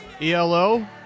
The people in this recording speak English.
ELO